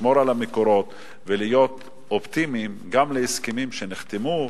לשמור על המקורות ולהיות אופטימיים גם לגבי ההסכמים שנחתמו,